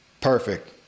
Perfect